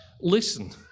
listen